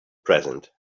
present